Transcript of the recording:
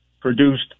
produced